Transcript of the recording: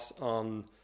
on